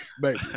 baby